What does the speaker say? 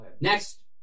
next